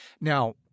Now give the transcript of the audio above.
Now